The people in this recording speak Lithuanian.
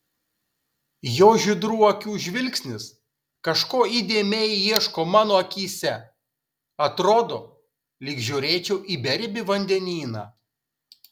jo žydrų akių žvilgsnis kažko įdėmiai ieško mano akyse atrodo lyg žiūrėčiau į beribį vandenyną